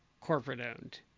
corporate-owned